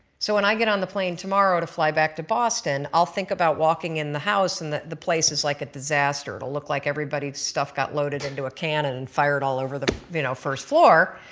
so when i get on the plane tomorrow to fly back to boston i'll think about walking in the house and the the place is like a disaster. it'll look like everybody's stuff got loaded into a can and then and fired all over the you know first floor.